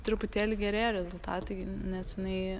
truputėlį gerėja rezultatai nes jinai